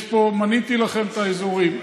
מניתי לכם את האזורים.